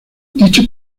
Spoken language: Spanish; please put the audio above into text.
dicho